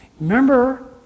Remember